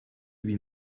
lui